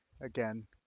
again